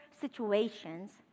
situations